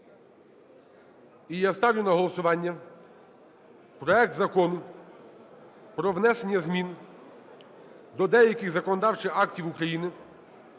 І я ставлю на голосування проект Закону про внесення змін до деяких законодавчих актів України